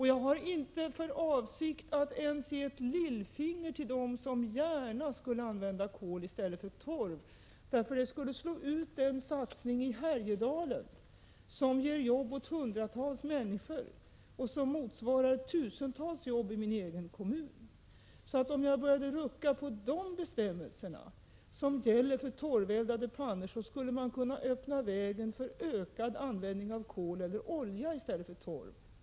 Jag har inte för avsikt att ge ens ett lillfinger till dem som gärna skulle använda kol i stället för torv — det skulle slå ut den satsning i Härjedalen som ger jobb åt hundratals människor och som motsvarar tusentals jobb i min egen kommun. Om man började rucka på de bestämmelser som gäller för torveldade pannor, skulle man kunna öppna vägen för ökad användning av kol eller olja i stället för torv.